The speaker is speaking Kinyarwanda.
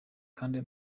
andi